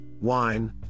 wine